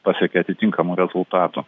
pasiekė atitinkamų rezultatų